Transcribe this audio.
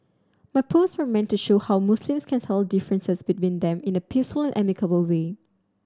my post were meant to show how Muslims can settle differences between them in a peaceful amicable way